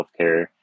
healthcare